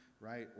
right